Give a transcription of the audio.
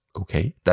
Okay